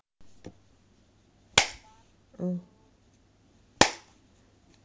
mm